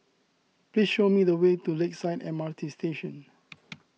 please show me the way to Lakeside M R T Station